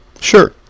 Sure